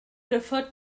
referred